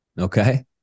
Okay